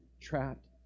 trapped